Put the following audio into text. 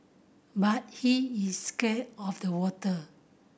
but he is scared of the water